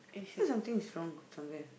something is wrong somewhere